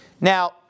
Now